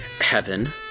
heaven